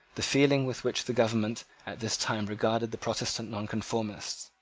the feeling with which the government at this time regarded the protestant nonconformists.